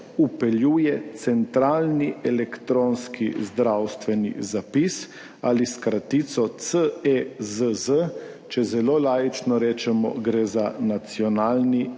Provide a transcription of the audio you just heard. vpeljuje centralni elektronski zdravstveni zapis ali s kratico CEZZ, če zelo laično rečemo, gre za nacionalni